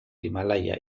himalaya